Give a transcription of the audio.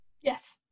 Yes